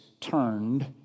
turned